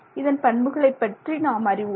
இதன் பண்புகளை பற்றி நாம் அறிவோம்